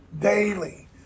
daily